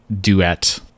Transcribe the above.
duet